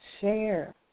share